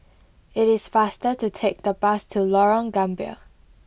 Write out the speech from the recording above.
it is faster to take the bus to Lorong Gambir